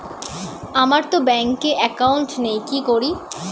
আমারতো ব্যাংকে একাউন্ট নেই কি করি?